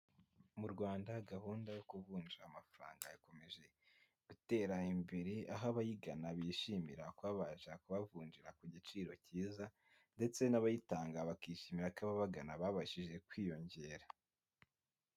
Mu Rwanda gahunda yo kuvunja amafaranga yakomeje gutera imbere, aho abayigana bishimira kuba babasha kubavunjira ku giciro cyiza ndetse n'abayitanga bakishimira ko ababagana babashije kwiyongera.